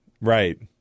Right